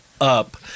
up